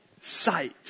sight